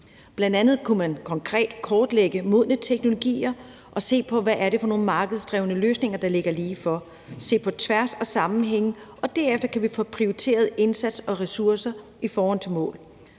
Bl.a. kunne man konkret kortlægge modne teknologier og se på, hvad det er for nogle markedsdrevne løsninger, der ligger ligefor, og se på tværs af sammenhænge. Og derefter kan vi få prioriteret indsats og ressourcer i forhold til mål.